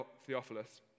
Theophilus